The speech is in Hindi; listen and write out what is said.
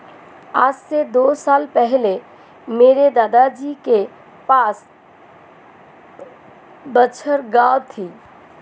आज से दो साल पहले मेरे दादाजी के पास बछौर गाय थी